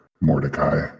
Mordecai